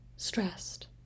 stressed